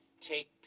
take